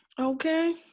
okay